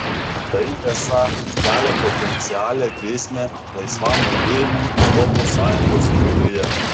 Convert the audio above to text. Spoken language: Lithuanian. tai esą kelia potencialią grėsmę laisvam judėjimui europos sąjungos viduje